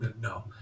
no